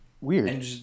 Weird